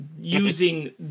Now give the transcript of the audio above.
...using